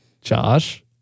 Josh